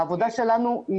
העבודה שלנו,